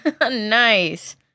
Nice